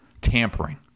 tampering